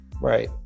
right